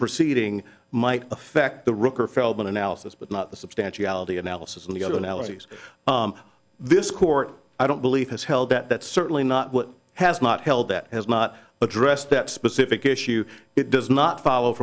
proceeding might affect the record feldman analysis but not the substantiality analysis and the other analyses this court i don't believe has held that that's certainly not what has not held that has not addressed that specific issue it does not follow